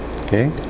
okay